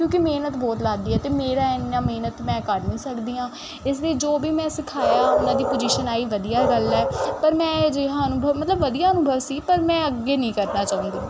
ਕਿਉਂਕਿ ਮਿਹਨਤ ਬਹੁਤ ਲੱਗਦੀ ਹੈ ਅਤੇ ਮੇਰਾ ਇੰਨਾਂ ਮਿਹਨਤ ਮੈਂ ਕਰ ਨਹੀਂ ਸਕਦੀ ਹਾਂ ਇਸ ਲਈ ਜੋ ਵੀ ਮੈਂ ਸਿਖਾਇਆ ਉਹਨਾਂ ਦੀ ਪੁਜੀਸ਼ਨ ਆਈ ਵਧੀਆ ਗੱਲ ਹੈ ਪਰ ਮੈਂ ਅਜਿਹਾ ਅਨੁਭਵ ਮਤਲਬ ਵਧੀਆ ਅਨੁਭਵ ਸੀ ਪਰ ਮੈਂ ਅੱਗੇ ਨਹੀਂ ਕਰਨਾ ਚਾਹੁੰਦੀ